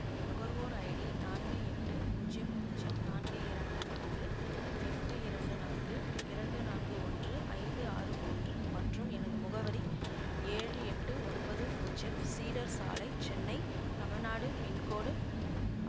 எனது நுகர்வோர் ஐடி நான்கு எட்டு பூஜ்யம் பூஜ்யம் நான்கு இரண்டு நான்கு எட்டு இரண்டு நான்கு இரண்டு நான்கு ஒன்று ஐந்து ஆறு மூன்று மற்றும் எனது முகவரி ஏழு எட்டு ஒன்பது பூஜ்யம் சீடர் சாலை சென்னை தமிழ்நாடு பின்கோடு